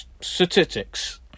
Statistics